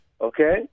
okay